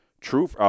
true